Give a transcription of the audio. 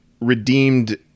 redeemed